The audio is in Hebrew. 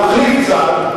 להחליף צד.